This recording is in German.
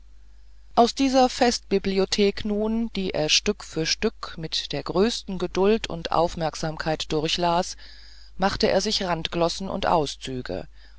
aus dieser festbibliothek nun die er stück für stück mit der größten geduld und aufmerksamkeit durchlas machte er sich randglossen und auszüge